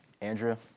Andrea